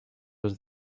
was